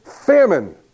Famine